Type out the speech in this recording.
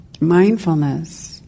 mindfulness